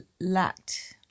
lacked